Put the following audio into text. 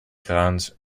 grounds